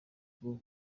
ngo